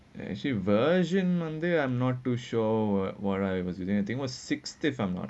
actually version number I'm not too sure what ever thing the thing was sixteen if I'm not wrong